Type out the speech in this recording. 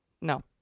No